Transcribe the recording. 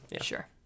Sure